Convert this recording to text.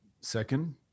second